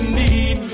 need